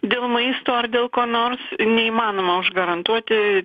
dėl maisto ar dėl ko nors neįmanoma užgarantuoti